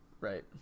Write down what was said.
right